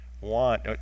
Want